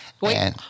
Wait